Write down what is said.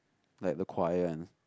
like the choir and